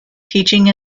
teaching